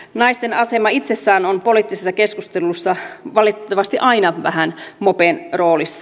naisten asema itsessään on poliittisessa keskustelussa valitettavasti aina vähän mopen roolissa